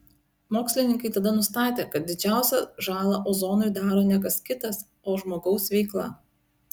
mokslininkai tada nustatė kad didžiausią žalą ozonui daro ne kas kitas o žmogaus veikla